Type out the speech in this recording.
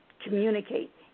communicate